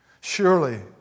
Surely